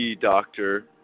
doctor